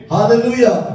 Hallelujah